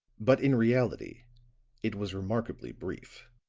but in reality it was remarkably brief.